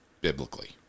biblically